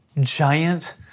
giant